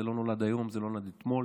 זה לא נולד היום, זה לא נולד אתמול.